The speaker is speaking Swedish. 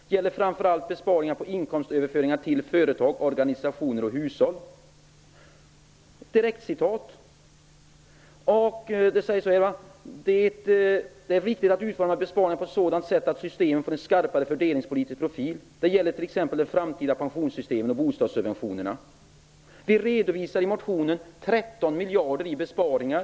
Det gäller framför allt besparingar på inkomstöverföringarna till företag, organisationer och hushåll.'' Det står vidare att det är riktigt att utforma besparingar på ett sådant sätt att systemet får en skarpare fördelningspolitisk profil och att det t.ex. gäller det framtida pensionssystemet och bostadssubventionerna. Vi redovisar i motionen 13 miljarder i besparingar.